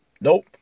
Nope